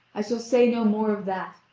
i shall say no more of that,